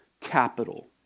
capital